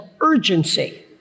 urgency